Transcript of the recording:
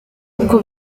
uko